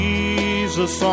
Jesus